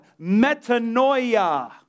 Metanoia